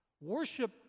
Worship